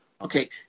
Okay